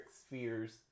spheres